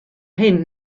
hyn